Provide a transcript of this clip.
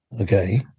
Okay